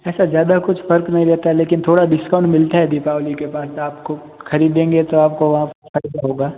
ऐसा ज़्यादा कुछ फ़र्क नहीं रहता है लेकिन थोड़ा डिस्काउंट मिलता है दीपावली के पास आपको खरीदेंगे तो आपको वहाँ पे फ़ायदा होगा